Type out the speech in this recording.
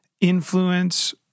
influence